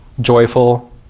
joyful